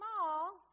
small